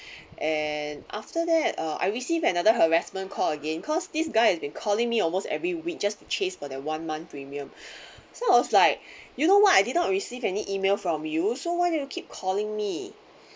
and after that uh I received another harassment call again cause this guy has been calling me almost every week just to chase for their one month premium so I was like you know what I did not receive any email from you so why do you keep calling me